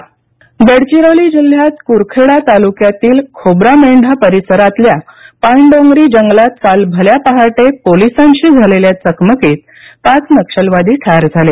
गडचिरोली चकमकीत नक्षल ठार गडचिरोली जिल्ह्यात कुरखेडा तालुक्यातील खोब्रामेंढा परिसरातल्या पानडोंगरी जंगलात काल भल्या पहाटे पोलिसांशी झालेल्या चकमकीत पाच नक्षलवादी ठार झाले